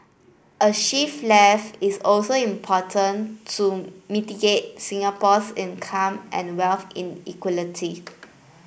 a shift left is also important to mitigate Singapore's income and wealth inequality